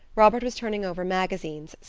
robert was turning over magazines,